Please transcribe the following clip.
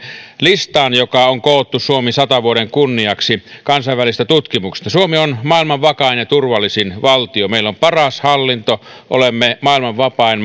listaan joka on koottu suomi sadan vuoden kunniaksi kansainvälisistä tutkimuksista suomi on maailman vakain ja turvallisin valtio meillä on paras hallinto olemme maailman vapain